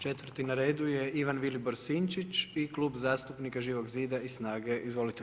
Četvrti na redu je Ivan Vilibor Sinčić i Klub zastupnika Živoga zida i SNAGA-e.